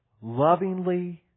lovingly